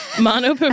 Mono